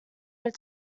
need